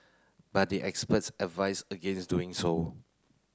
but the experts advise against doing so